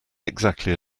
exactly